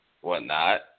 whatnot